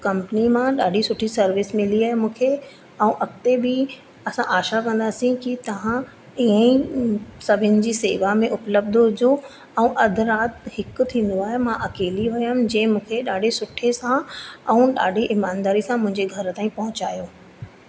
company मां ॾाढी सुठी सर्विस मिली आहे मूंखे ऐं अॻिते बि असां आशा कंदासीं कि तव्हां ईअं ई सभिनि जी सेवा में उपलब्ध हुजो ऐं अधु राति हिकु थींदो आहे मां अकेली हुयमि जे मूंखे ॾाढे सुठे सां ऐं ॾाढी ईमानदारी सां मुंहिंजे घर ताईं पहुचायो